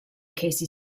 casey